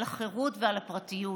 על חירות ועל הפרטיות.